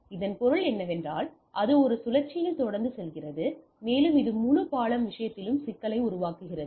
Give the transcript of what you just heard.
இதன் பொருள் என்னவென்றால் அது ஒரு சுழற்சியில் தொடர்ந்து செல்கிறது மேலும் இது முழு பாலம் விஷயத்திலும் சிக்கலை உருவாக்குகிறது